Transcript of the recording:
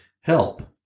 help